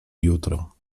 jutro